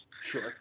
Sure